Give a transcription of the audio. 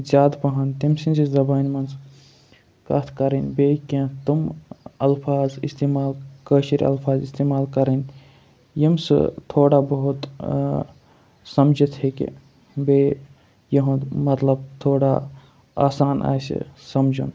زیادٕ پَہَن تٔمۍ سٕنٛزِ زَبانہِ مَنٛز کَتھ کَرٕنۍ بیٚیہِ کینٛہہ تِم اَلفاظ اِستعمال کٲشرۍ اَلفاظ اِستعمال کَرٕنۍ یِم سُہ تھوڑا بہت سَمجِتھ ییٚکہِ بیٚیہِ یُہُنٛد مَطلَب تھوڑا آسان آسہِ سَمجُن